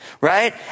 right